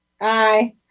Aye